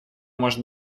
может